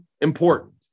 important